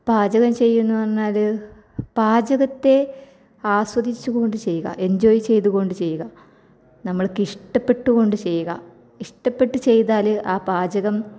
പാചകം ചെയ്യുന്നു എന്ന് പറഞ്ഞാല് പാചകത്തെ ആസ്വദിച്ച് കൊണ്ട് ചെയ്യുക എൻജോയ് ചെയ്ത് കൊണ്ട് ചെയ്യുക നമ്മൾക്ക് ഇഷ്ടപ്പെട്ട് കൊണ്ട് ചെയ്യുക ഇഷ്ടപ്പെട്ട് ചെയ്താല് ആ പാചകം